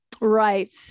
Right